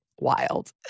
wild